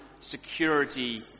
security